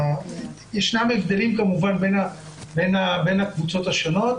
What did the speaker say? ראינו שיש הבדלים בין הקבוצות השונות,